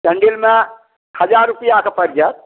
सेण्डिलमे हजार रुपआ कऽ पड़ि जाएत